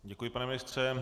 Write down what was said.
Děkuji, pane ministře.